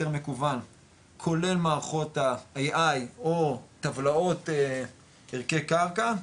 מקוון כולל מערכות ה-AI או טבלאות ערכי קרקע,